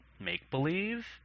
make-believe